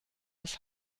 das